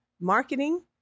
marketing